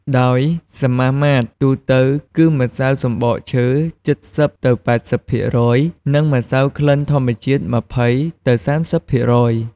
ដោយសមាមាត្រទូទៅគឺម្សៅសំបកឈើ ៧០ ទៅ ៨០% និង ម្សៅក្លិនធម្មជាតិ ២០ ទៅ ៣០%។